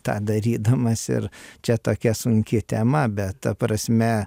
tą darydamas ir čia tokia sunki tema bet ta prasme